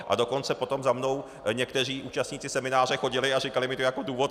A dokonce potom za mnou někteří účastníci semináře chodili a říkali mi to jako důvod.